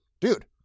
dude